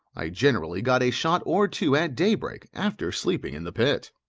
i generally got a shot or two at daybreak after sleeping in the pit.